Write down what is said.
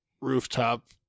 rooftop